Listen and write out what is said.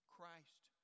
Christ